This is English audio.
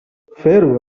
fair